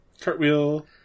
Cartwheel